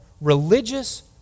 religious